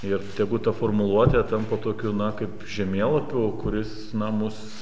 ir tegu ta formuluotė tampa tokiu na kaip žemėlapiu kuris na mus